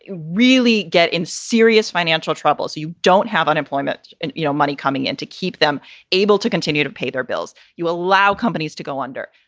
really get in serious financial troubles, you don't have unemployment and no money coming in to keep them able to continue to pay their bills. you allow companies to go under.